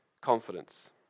confidence